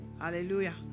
hallelujah